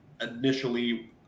initially